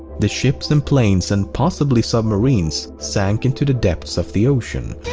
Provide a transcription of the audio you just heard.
the ships and planes, and possibly submarines, sank into the depths of the ocean.